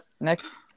next